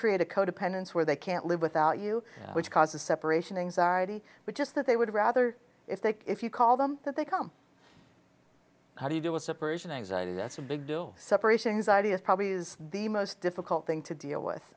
create a co dependence where they can't live without you which causes separation anxiety but just that they would rather if they if you call them that they come how do you do a separation anxiety that's a big deal separation anxiety is probably is the most difficult thing to deal with